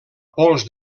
pols